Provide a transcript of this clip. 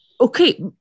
Okay